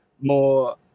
more